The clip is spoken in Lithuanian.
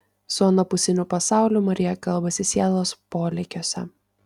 su anapusiniu pasauliu marija kalbasi sielos polėkiuose